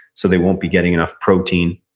so they won't be getting enough protein,